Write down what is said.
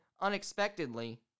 unexpectedly